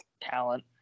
Talent